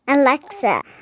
Alexa